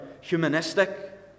humanistic